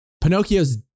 Pinocchio's